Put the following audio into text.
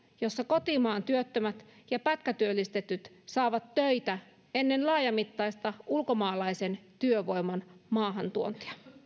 jossa kotimaan työttömät ja pätkätyöllistetyt saavat töitä ennen laajamittaista ulkomaalaisen työvoiman maahantuontia